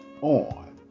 on